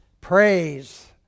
praise